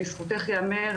לזכותך ייאמר,